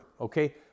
Okay